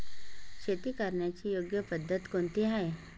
शेती करण्याची योग्य पद्धत कोणती आहे?